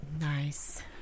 Nice